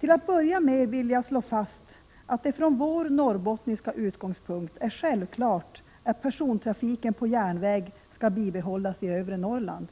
Till att börja med vill jag slå fast att det ifrån vår norrbottniska utgångspunkt är självklart att persontrafiken på järnväg skall bibehållas i övre Norrland.